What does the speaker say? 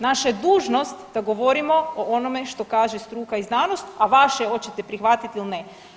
Naša je dužnost da govorimo o onome što kaže struka i znanost, a vaše je hoćete prihvatit ili ne.